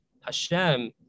Hashem